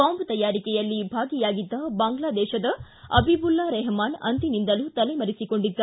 bomb ತಯಾರಿಕೆಯಲ್ಲಿ ಭಾಗಿಯಾಗಿದ್ದ ಬಾಂಗ್ಲದೇಶದ ಅಬಿಬುಲ್ಲಾ ರೆಮಹಾನ್ ಅಂದಿನಿಂದಲೂ ತಲೆಮರೆಸಿಕೊಂಡಿದ್ದ